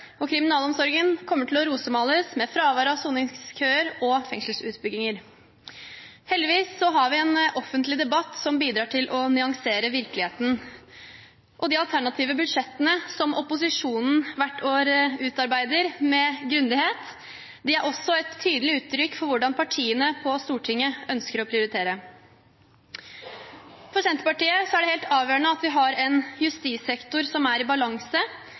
og kriminalomsorgen kommer til å rosemales med fravær av soningskøer og fengselsutbygginger. Heldigvis har vi en offentlig debatt som bidrar til å nyansere virkeligheten. De alternative budsjettene som opposisjonen hvert år utarbeider med grundighet, er også et tydelig uttrykk for hvordan partiene på Stortinget ønsker å prioritere. For Senterpartiet er det helt avgjørende at vi har en justissektor som er i balanse,